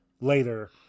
later